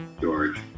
George